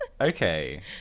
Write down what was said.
okay